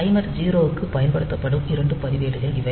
timer 0 க்குப் பயன்படுத்தப்படும் 2 பதிவேடுகள் இவை